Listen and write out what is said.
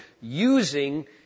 using